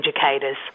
educators